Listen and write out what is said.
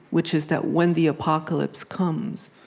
which is that when the apocalypse comes,